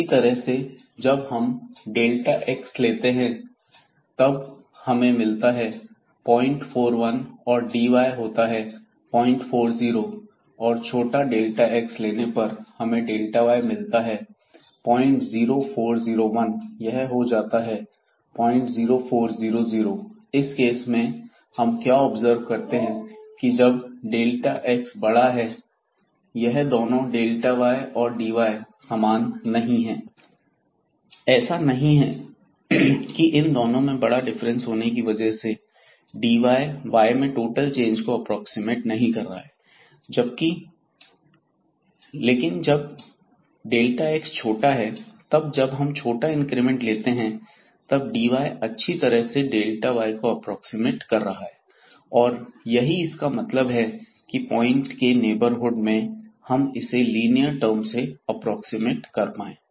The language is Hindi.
इसी तरह से जब हम x लेते हैं तब हमें मिलता है 041 और dy होता है 040 और छोटा x लेने पर हमें y मिलता है 00401 यह हो जाता है 00400 इस केस में हम क्या ऑब्जर्व करते हैं कि जब x बड़ा है यह दोनों y तथा dy समान नहीं है ऐसा नहीं है की इन दोनों में बड़ा डिफरेंस होने की वजह से dy y में टोटल चेंज को अप्रॉक्सिमेट्स नहीं कर रहा है लेकिन जबx छोटा है तब जब हम छोटा इंक्रीमेंट लेते हैं तब dy अच्छी तरह से y को एप्रोक्सीमेट कर रहा है और यही इसका मतलब है यदि पॉइंट के नेबरहुड में हम इसे लीनियर टर्म से एप्रोक्सीमेट कर पाए